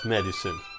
Medicine